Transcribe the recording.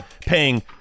Paying